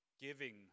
giving